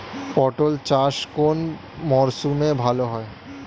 পটল চাষ কোন মরশুমে ভাল হয়?